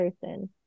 person